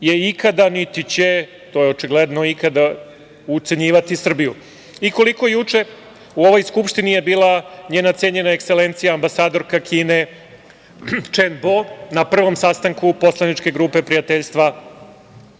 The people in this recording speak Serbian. je ikada, niti će, to je očigledno, ucenjivati Srbiju. Koliko juče u ovoj Skupštini je bila njena cenjen ekselencija ambasadorka Kine Čen Bo na prvom sastanku poslaničke grupe prijateljstva